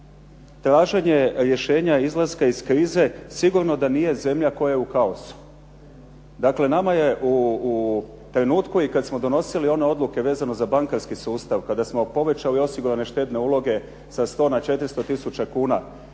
Traženje rješenja izlaska iz krize sigurno da nije zemlja koja je u kaosu. Dakle, nama je u trenutku i kad smo donosili one odluke vezano za bankarski sustav, kada smo povećali osigurane štedne uloge sa 100 na 400 tisuća kuna,